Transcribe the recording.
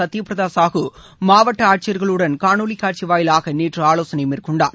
சத்யபிரதா சாஹூ மாவட்ட ஆட்சியர்களுடன் காணொலிக் காட்சி வாயிலாக நேற்று ஆவோசனை மேற்கொண்டார்